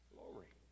Glory